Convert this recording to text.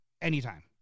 anytime